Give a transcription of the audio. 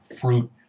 fruit